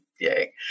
yay